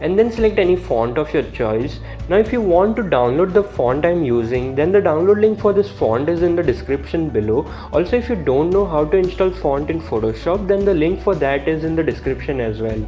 and then select any font of your choice now if you want to download the font i'm using then the download link for this font and is in the description below also if you don't know how to install font in photoshop then the link for that is in the description as well